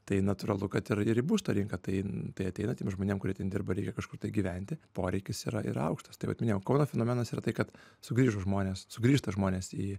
tai natūralu kad ir ir į būsto rinką tai tai ateinantiem žmonėm kurie dirba reikia kažkur tai gyventi poreikis yra ir aukštas tai vat kauno fenomenas yra tai kad sugrįžus žmonės sugrįžta žmonės į